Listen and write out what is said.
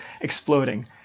exploding